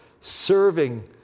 serving